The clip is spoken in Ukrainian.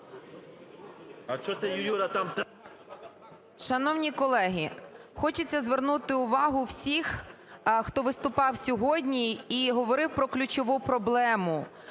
Шановні колеги, хочеться звернути увагу всіх, хто виступав сьогодні і говорив про ключову проблему